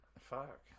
Fuck